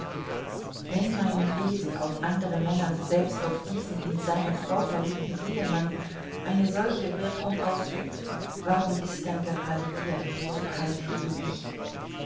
wenn mein wesen auf andere männer selbst auf diesen in seine frau verliebten ehemann eine solche wirkung ausübt warum ist dann gerade er so kalt gegen mich